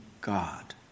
God